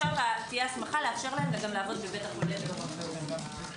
תהיה הסמכה לאפשר להם לעבוד בבית החולה ולא רק במרפאות.